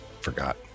Forgot